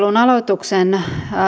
tämänpäiväisen keskustelun aloituksen